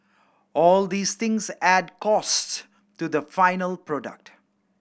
all these things add costs to the final product